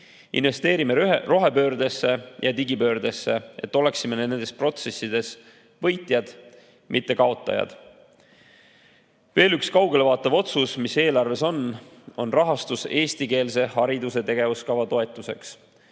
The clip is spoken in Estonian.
Investeerime rohepöördesse ja digipöördesse, et oleksime nendes protsessides võitjad, mitte kaotajad. Veel üks kaugelevaatav otsus, mis eelarves on, on rahastus eestikeelse hariduse tegevuskava toetuseks.